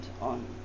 on